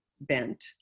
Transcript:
bent